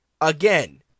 Again